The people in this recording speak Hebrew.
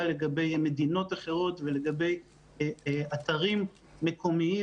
לגבי מדינות אחרות ולגבי אתרים מקומיים,